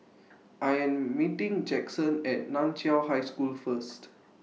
I Am meeting Jaxon At NAN Chiau High School First